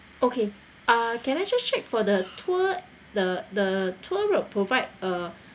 okay uh can I just check for the tour the the tour will provide uh